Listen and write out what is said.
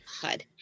HUD